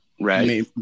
Right